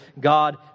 God